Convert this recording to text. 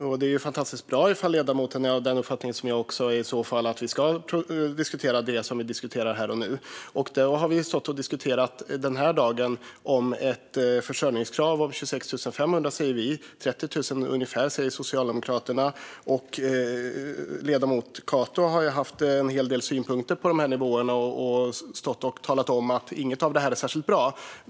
Fru talman! Det är fantastiskt bra om ledamoten är av samma uppfattning som jag, nämligen att vi ska diskutera det vi diskuterar här och nu. Den här dagen har vi stått och diskuterat ett försörjningskrav om 26 500 säger vi, ungefär 30 000 säger Socialdemokraterna. Ledamoten Cato har haft en hel del synpunkter på de här nivåerna och sagt att ingen av dem är särskilt bra.